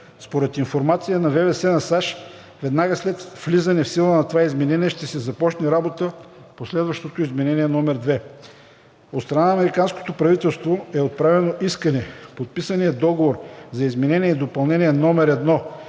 Според информация на ВВС на САЩ веднага след влизане в сила на това изменение ще се започне работа по следващото изменение № 2. От страна на американското правителство е отправено искане подписаният договор за Изменение и допълнение № 1